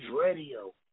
radio